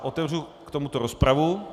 Otevřu k tomuto rozpravu.